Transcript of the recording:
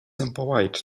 impolite